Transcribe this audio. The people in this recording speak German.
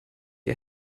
ihr